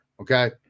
okay